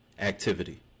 activity